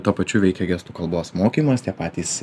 tuo pačiu veikia gestų kalbos mokymas tie patys